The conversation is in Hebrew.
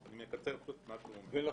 צרפת ובריטניה,